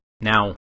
Now